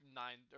nine